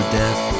death